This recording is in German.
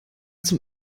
zum